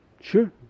Sure